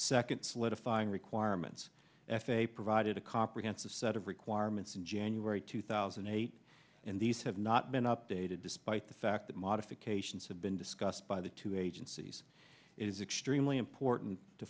second solidifying requirements f a a provided a comprehensive set of requirements in january two thousand and eight and these have not been updated despite the fact that modifications have been discussed by the two agencies it is extremely important to